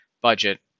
budget